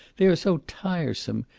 they are so tiresome.